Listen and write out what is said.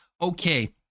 Okay